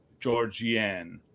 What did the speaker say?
Georgianne